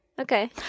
Okay